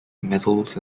medals